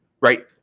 Right